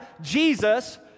Jesus